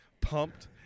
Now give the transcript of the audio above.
pumped